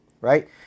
right